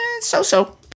so-so